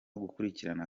gukurikirana